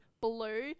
blue